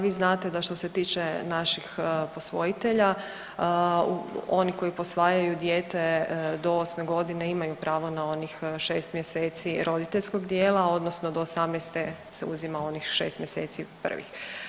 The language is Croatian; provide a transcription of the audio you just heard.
Vi znate da što se tiče naših posvojitelja, oni koji posvajaju dijete do 8 godine imaju pravo na onih 6 mjeseci roditeljskog dijela odnosno do 18 se uzima onih 6 mjeseci prvih.